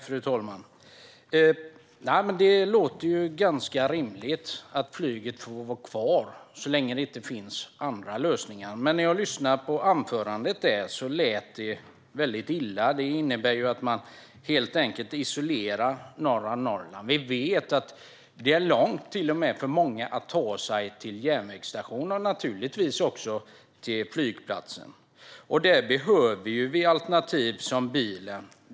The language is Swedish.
Fru talman! Det låter ganska rimligt att flyget får vara kvar så länge det inte finns andra lösningar. Men när jag lyssnade på anförandet lät det väldigt illa. Det innebär att man helt enkelt isolerar norra Norrland. Vi vet att det till och med är långt för många att ta sig till järnvägsstationen och naturligtvis också till flygplatsen. Där behöver vi alternativ som bilen.